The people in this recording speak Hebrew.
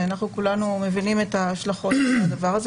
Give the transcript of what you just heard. אנחנו כולנו מבינים את ההשלכות של הדבר הזה